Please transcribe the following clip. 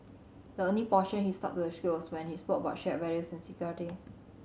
the only portion he stuck to the script was when he spoke about shared values and security